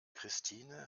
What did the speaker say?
christine